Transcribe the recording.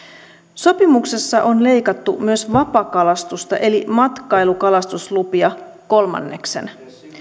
sopimuksessa on leikattu myös vapakalastusta eli matkailukalastuslupia kolmanneksella